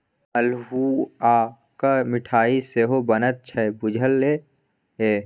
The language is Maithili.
अल्हुआक मिठाई सेहो बनैत छै बुझल ये?